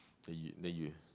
then you then use